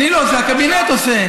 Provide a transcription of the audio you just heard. אני לא עושה, הקבינט עושה.